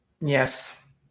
Yes